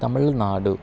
Tamil Nadu